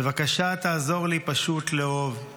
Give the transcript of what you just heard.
// בבקשה תעזור לי / פשוט לאהוב /